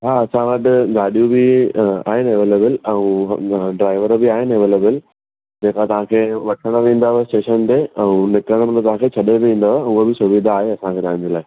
हा असां वटि गाॾियूं बि आहिनि अवैलेबल ऐं ड्राइवर बि आहिनि अवैलेबल जेका तव्हांखे वठणु वेंदव स्टेशन ते ऐं निकिरण में तव्हांखे छ्ॾे बि ईंदव उहा बि सुविधा आहे असांखे तव्हांजे लाइ